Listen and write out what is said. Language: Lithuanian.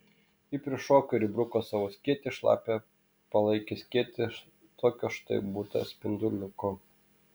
ji prišoko ir įbruko savo skėtį šlapią palaikį skėtį tokio štai būta spinduliuko